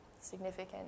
significant